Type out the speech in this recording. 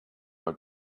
are